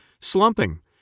slumping